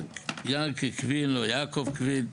יעקב קוינט,